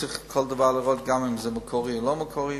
צריך לבדוק כל דבר אם הוא מקורי או לא מקורי.